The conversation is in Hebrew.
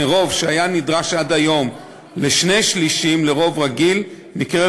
מרוב של שני-שלישים שהיה נדרש עד היום לרוב רגיל מקרב